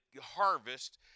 harvest